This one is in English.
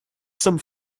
some